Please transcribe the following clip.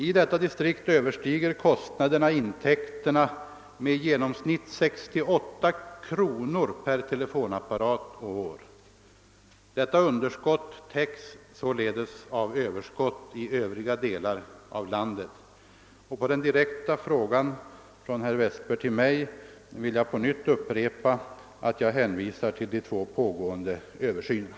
I detta distrikt överstiger kostnaderna intäkterna med i genomsnitt 68 kronor per telefonapparat och år. Detta underskott täcks således av överskott i övriga delar av landet. På herr Westbergs direkta fråga till mig vill jag hänvisa till de två pågående Översynerna.